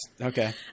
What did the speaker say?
Okay